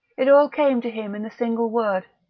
it all came to him in the single word,